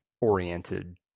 oriented